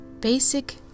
Basic